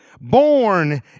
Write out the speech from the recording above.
born